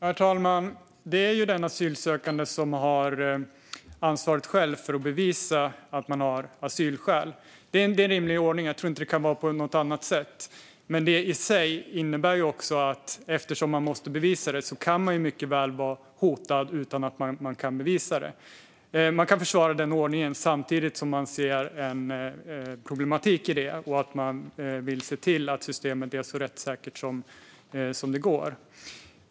Herr talman! Det är den asylsökande som själv har ansvaret för att bevisa att man har asylskäl. Det är en rimlig ordning, och jag tror inte att det kan vara på något annat sätt. Men det i sig innebär också att man mycket väl kan vara hotad utan att man kan bevisa det. Det går att försvara den ordningen och samtidigt se en problematik i det och vilja se till att rättssystemet är så rättssäkert som det går.